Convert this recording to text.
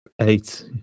eight